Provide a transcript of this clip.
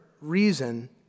reason